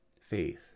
Faith